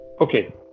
okay